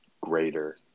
greater